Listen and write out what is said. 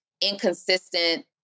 inconsistent